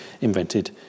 invented